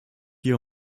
hier